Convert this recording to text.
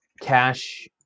cash